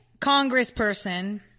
congressperson